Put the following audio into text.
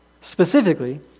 Specifically